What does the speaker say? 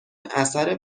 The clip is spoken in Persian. اثر